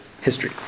history